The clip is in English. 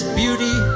beauty